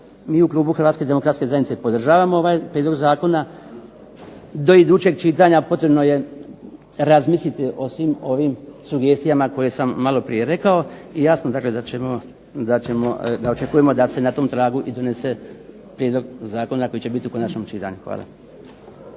mi u klub HDZ-a podržavamo ovaj prijedlog zakona. Do idućeg čitanja potrebno je razmisliti o svim ovim sugestijama koje sam malo prije rekao. I jasno da očekujemo da se na tom tragu donese prijedlog zakona koji će biti u konačnom čitanju. Hvala.